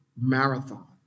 marathon